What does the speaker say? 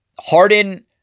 Harden